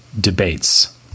debates